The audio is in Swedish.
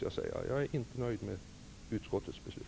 Jag är inte nöjd med utskottets beslut.